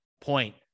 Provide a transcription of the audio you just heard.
point